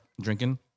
drinking